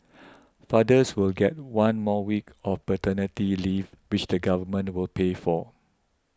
fathers will get one more week of paternity leave which the Government will pay for